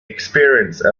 experience